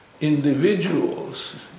individuals